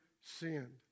sinned